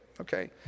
Okay